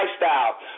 lifestyle